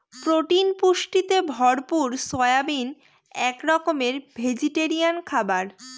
protein পুষ্টিতে ভরপুর soybean এক রকমের ভেজিটেরিয়ান খাবার